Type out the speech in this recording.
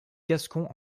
gascon